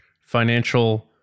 financial